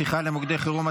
שיחה למוקדי חירום),